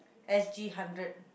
S_G hundred